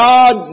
God